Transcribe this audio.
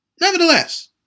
Nevertheless